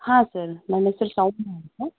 ಹಾಂ ಸರ್ ನನ್ನ ಹೆಸರು ಅಂತ